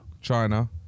China